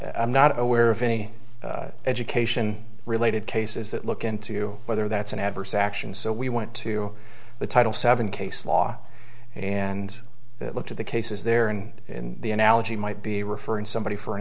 context i'm not aware of any education related cases that look into whether that's an adverse action so we went to the title seven case law and looked at the cases there and in the analogy might be referring somebody for an